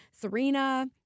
Serena